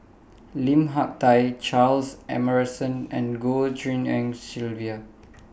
Lim Hak Tai Charles Emmerson and Goh Tshin En Sylvia